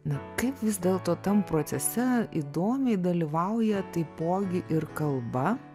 na kaip vis dėlto tam procese įdomiai dalyvauja taipogi ir kalba